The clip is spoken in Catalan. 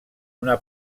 una